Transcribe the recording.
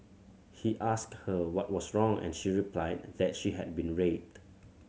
he asked her what was wrong and she replied that she had been raped